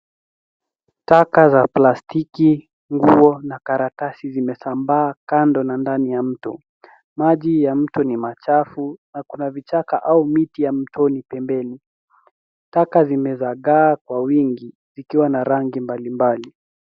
Taka za plastiki, nguo na karatasi zimesambaa kando na ndani ya mto. Maji ya mto ni machafu na kuna vichaka au miti ya mtoni pembeni. Taka zimezagaa kwa wingi zikiwa na rangi mbalimbali.